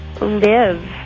live